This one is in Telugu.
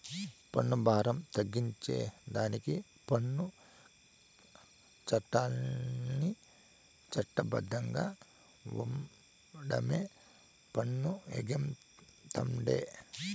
పన్ను బారం తగ్గించేదానికి పన్ను చట్టాల్ని చట్ట బద్ధంగా ఓండమే పన్ను ఎగేతంటే